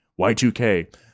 Y2K